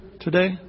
today